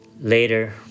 later